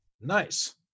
Nice